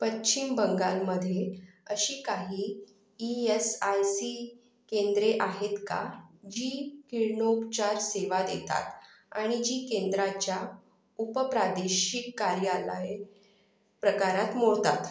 पश्चिम बंगालमध्ये अशी काही ई एस आय सी केंद्रे आहेत का जी किरणोपचार सेवा देतात आणि जी केंद्राच्या उपप्रादेशिक कार्यालय प्रकारात मोडतात